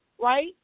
right